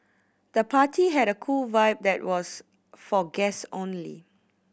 the party had a cool vibe but was for guest only